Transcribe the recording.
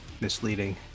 misleading